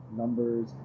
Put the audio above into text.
numbers